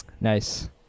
Nice